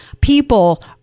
people